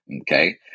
okay